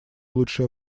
лучшее